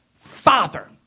Father